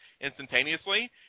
instantaneously